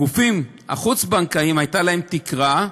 לגופים החוץ-בנקאיים הייתה תקרה,